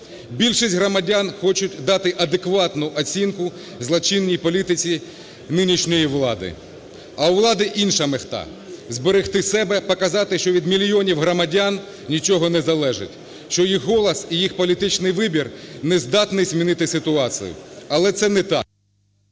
Більшість громадян хочуть дати адекватну оцінку злочинній політиці нинішньої влади. А у влади інша мета: зберегти себе, показати, що від мільйонів громадян нічого не залежить, що їх голос і їх політичний вибір нездатний змінити ситуацію. Але це не так…